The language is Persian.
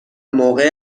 موقع